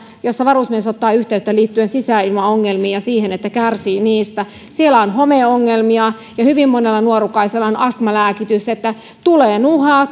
joissa varusmies ottaa yhteyttä liittyen sisäilmaongelmiin ja siihen että kärsii niistä on homeongelmia ja hyvin monella nuorukaisella on astmalääkitys tulee nuhaa